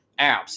apps